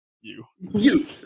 you—you